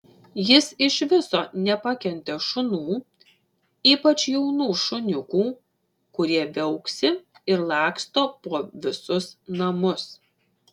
jis iš viso nepakentė šunų ypač jaunų šuniukų kurie viauksi ir laksto po visus namus